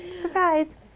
Surprise